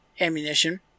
ammunition